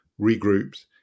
regrouped